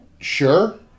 Sure